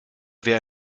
wer